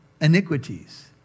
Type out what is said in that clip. iniquities